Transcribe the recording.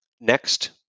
Next